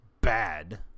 bad